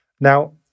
Now